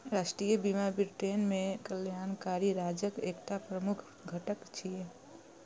राष्ट्रीय बीमा ब्रिटेन मे कल्याणकारी राज्यक एकटा प्रमुख घटक छियै